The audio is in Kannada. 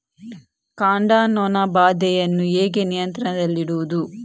ಕಾಂಡ ನೊಣ ಬಾಧೆಯನ್ನು ಹೇಗೆ ನಿಯಂತ್ರಣದಲ್ಲಿಡುವುದು?